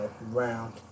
round